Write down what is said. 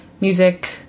music